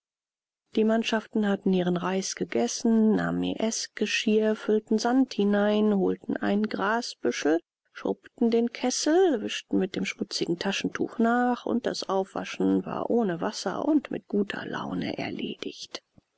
die mannschaften hatten ihren reis gegessen nahmen ihr eßgeschirr füllten sand hinein holten einen grasbüschel schrubbten den kessel wischten mit dem schmutzigen taschentuch nach und das aufwaschen war ohne wasser und mit guter laune erledigt